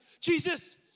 Jesus